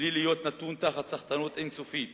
מבלי להיות נתון לסחטנות אין-סופית